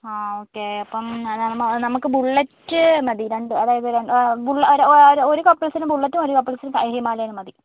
ആ ഓക്കേ അപ്പം നമുക്ക് ബുള്ളറ്റ് മതി രണ്ട് അതായത് എ രണ്ട് ഒരു കപ്പിൾസിന് ബുള്ളറ്റും ഒരു കപ്പിൾസിന് ഹിമാലയനും മതി